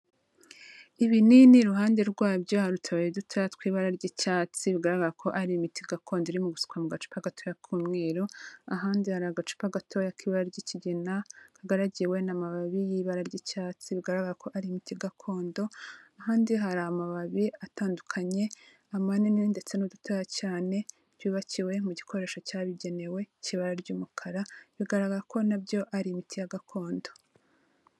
Ibinini iruhande rwabyo hari utubabi dutoya tw'ibara ry'icyatsi, bigaragara ko ari imiti gakondo irimo gusukwa mu gacupa gatoya k'umweru, ahandi hari agacupa gatoya k'ibara ry'ikigina kagaragiwe n'amababi y'ibara ry'icyatsi; bigaragara ko ari imiti gakondo, ahandi hari amababi atandukanye, amanini ndetse n'udutoya cyane, byubakiwe mu gikoresho cyabigenewe, kibara ry'umukara; bigaragara ko na byo ari imiti ya gakondo.